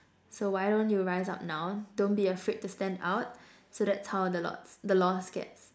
so why don't you rise up now don't be afraid to stand out so that's how the lost the lost gets